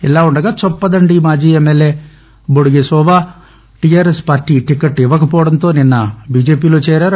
ఇదిలావుండగా చొప్పదండి మాజీ MLA Bodige Shobha TRS party ticket ఇవ్వకపోవడంతో నిన్న బిజెపిలో చేరారు